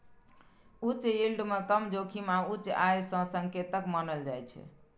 उच्च यील्ड कें कम जोखिम आ उच्च आय के संकेतक मानल जाइ छै